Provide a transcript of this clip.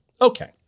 Okay